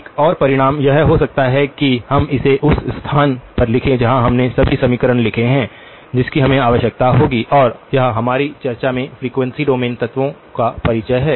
एक और परिणाम यह हो सकता है कि हम इसे उस स्थान पर लिखें जहां हमने सभी समीकरण लिखे हैं जिसकी हमें आवश्यकता होगी और यह हमारी चर्चा में फ्रीक्वेंसी डोमेन तत्वों का परिचय है